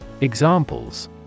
Examples